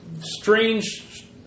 strange